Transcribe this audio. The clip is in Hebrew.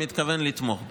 מתכוון לתמוך בה.